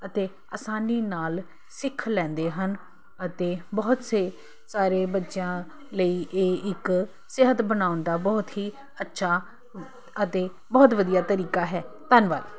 ਅਤੇ ਆਸਾਨੀ ਨਾਲ ਸਿੱਖ ਲੈਂਦੇ ਹਨ ਅਤੇ ਬਹੁਤ ਸੇ ਸਾਰੇ ਬੱਚਿਆਂ ਲਈ ਇਹ ਇੱਕ ਸਿਹਤ ਬਣਾਉਣ ਦਾ ਬਹੁਤ ਹੀ ਅੱਛਾ ਅਤੇ ਬਹੁਤ ਵਧੀਆ ਤਰੀਕਾ ਹੈ ਧੰਨਵਾਦ